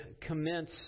commence